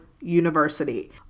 University